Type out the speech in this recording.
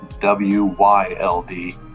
W-Y-L-D